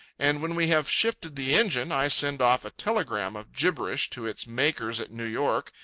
and when we have shifted the engine, i send off a telegram of gibberish to its makers at new york,